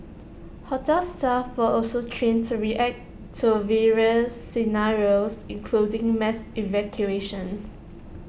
hotel staff were also trained to react to various scenarios including mass evacuations